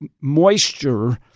moisture